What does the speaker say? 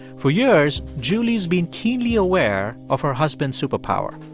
for years, julie's been keenly aware of her husband's super power.